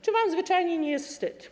Czy wam zwyczajnie nie jest wstyd?